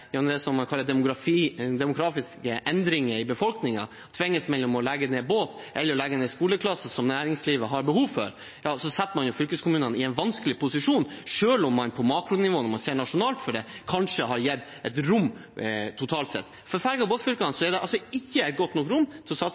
å legge ned båttilbud, som næringslivet har behov for, setter man fylkeskommunene i en vanskelig posisjon, selv om man på makronivå – når man ser nasjonalt på det – kanskje har gitt et rom, totalt sett. For ferge- og båtfylkene er det ikke gitt godt nok rom til å satse